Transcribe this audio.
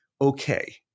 okay